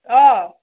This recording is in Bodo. औ